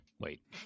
Wait